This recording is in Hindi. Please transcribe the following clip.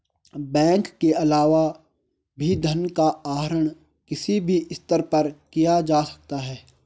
बैंक के अलावा भी धन का आहरण किसी भी स्तर पर किया जा सकता है